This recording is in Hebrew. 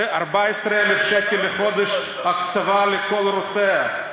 14,000 שקל לחודש הקצבה לכל רוצח,